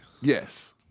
Yes